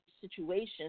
situations